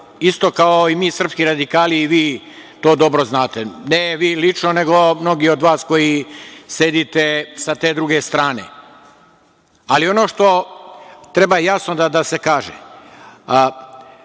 Isto kao i mi srpski radikali i vi to dobro znate. Ne vi lično, nego mnogi od vas koji se sedite sa te druge strane. Ono što treba jasno da se kaže,